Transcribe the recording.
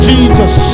Jesus